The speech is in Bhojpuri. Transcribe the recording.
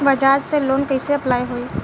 बज़ाज़ से लोन कइसे अप्लाई होई?